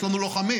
יש לנו לוחמים